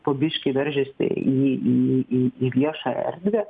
po biškį veržiasi į į į į viešą erdvę